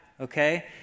okay